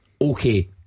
okay